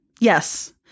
Yes